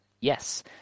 Yes